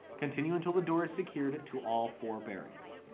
continue until the door is secured to all four bearings